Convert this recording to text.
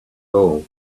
all